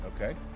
Okay